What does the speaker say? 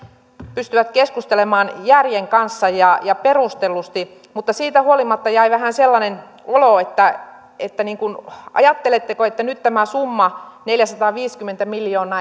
pystyvät keskustelemaan järjen kanssa ja ja perustellusti mutta siitä huolimatta jäi vähän sellainen olo että että ajatteletteko että nyt tämä summa neljäsataaviisikymmentä miljoonaa